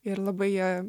ir labai ja